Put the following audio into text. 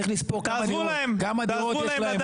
צריך לספור כמה דירות יש להם,